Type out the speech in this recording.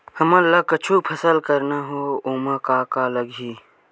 हमन ला कुछु फसल करना हे ओमा का का लगही?